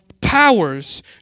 powers